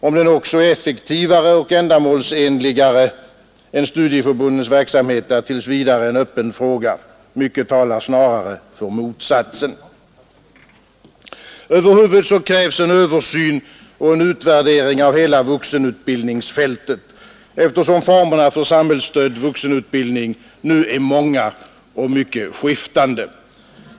Om den också är effektivare och ändamålsenligare än studieförbundsverksamhet är tills vidare en öppen fråga — mycket talar snarare för motsatsen. Över huvud krävs en översyn och en utvärdering av hela vuxenutbildningsfältet, eftersom formerna för samhällsstödd vuxenutbildning nu är många och mycket skiftande.